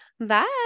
bye